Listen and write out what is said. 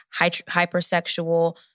hypersexual